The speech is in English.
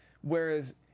Whereas